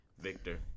Victor